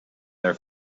their